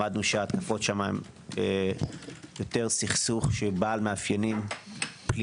למדנו שההתקפות שם הן יותר סכסוך על אדמות